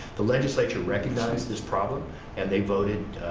the legislature recognized this problem and they voted,